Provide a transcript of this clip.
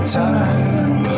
time